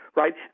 right